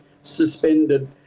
suspended